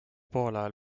poolajal